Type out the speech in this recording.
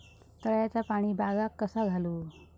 तळ्याचा पाणी बागाक कसा घालू?